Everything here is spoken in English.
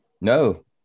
No